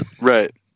right